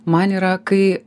man yra kai